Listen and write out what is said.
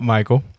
Michael